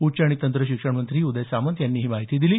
उच्च आणि तंत्र शिक्षण मंत्री उदय सामंत यांनी ही माहिती दिली